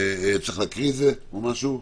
צריך לקרוא את הבקשה?